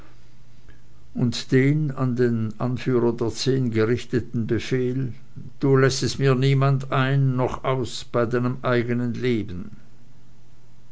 und den an den anführer der zehn gerichteten befehl du lässest mir niemanden ein noch aus bei deinem eigenen leben